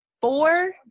four